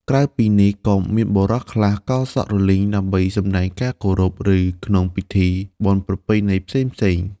ក្រៅពីនេះ ក៏មានបុរសខ្លះកោរសក់រលីងដើម្បីសម្ដែងការគោរព ឬក្នុងពិធីបុណ្យប្រពៃណីផ្សេងៗ។